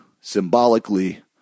symbolically